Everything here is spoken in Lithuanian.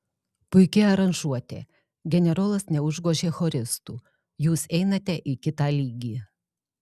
puiki aranžuotė generolas neužgožė choristų jūs einate į kitą lygį